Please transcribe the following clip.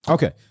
okay